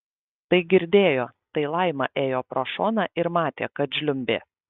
tai girdėjo tai laima ėjo pro šoną ir matė kad žliumbė